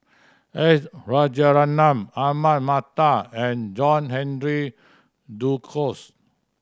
S Rajaratnam Ahmad Mattar and John Henry Duclos